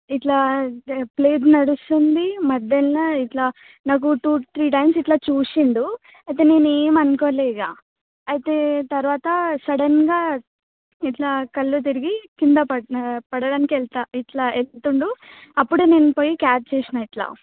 ఇట్లా ప్రెయర్ నడుస్తుంది మధ్యల్న ఇట్లా నాకు టు త్రి టైమ్స్ ఇట్లా చూసిండు అయితే నేనేం అనుకోలే ఇక అయితే తరువాత సడెన్గా ఇట్లా కళ్ళు తిరిగి కింద పడ పడడానికి వెళ్తా ఇట్లా వెళ్తుండు అప్పుడు నేను పోయి క్యాచ్ చేసిన ఇట్లా